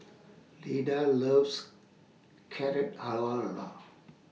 Leda loves Carrot